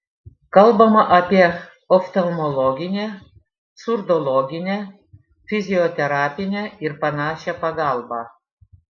kalbama apie oftalmologinę surdologinę fizioterapinę ir panašią pagalbą